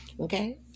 Okay